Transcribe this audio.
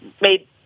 made